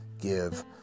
give